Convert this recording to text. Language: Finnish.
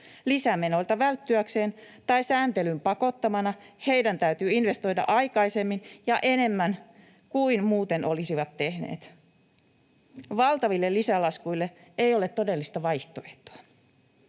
lisämenoilta välttyäkseen tai sääntelyn pakottamana heidän täytyy investoida aikaisemmin ja enemmän kuin muuten olisivat tehneet. Valtaville lisälaskuille ei ole todellista vaihtoehtoa.